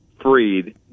freed